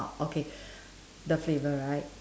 orh okay the flavour right